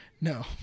No